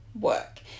work